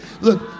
Look